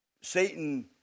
Satan